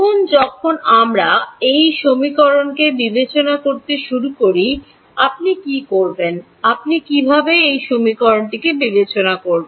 এখন যখন আমরা এই সমীকরণকে বিবেচনা করতে শুরু করি আপনি কী করবেন আপনি কীভাবে এই সমীকরণকে বিবেচনা করবেন